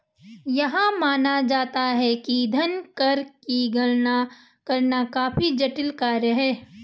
यह माना जाता है कि धन कर की गणना करना काफी जटिल कार्य है